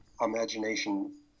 imagination